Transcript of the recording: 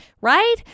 right